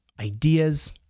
ideas